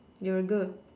you're a girl